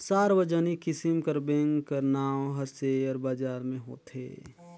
सार्वजनिक किसिम कर बेंक कर नांव हर सेयर बजार में होथे